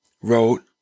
wrote